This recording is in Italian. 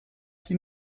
chi